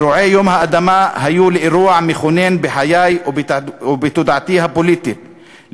אירועי יום האדמה היו לאירוע מכונן בחיי ובתודעתי הפוליטית,